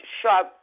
sharp